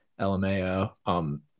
LMAO